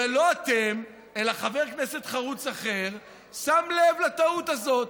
ולא אתם אלא חבר כנסת חרוץ אחר שם לב לטעות הזאת.